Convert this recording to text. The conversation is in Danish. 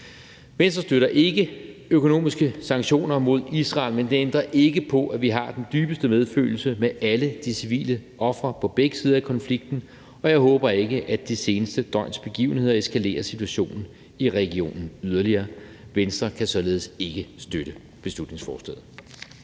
Venstre støtter ikke økonomiske sanktioner mod Israel, men det ændrer ikke på, at vi har den dybeste medfølelse med alle de civile ofre på begge sider af konflikten, og jeg håber ikke, at de seneste døgns begivenheder eskalerer situationen i regionen yderligere. Venstre kan således ikke støtte beslutningsforslaget.